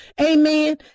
Amen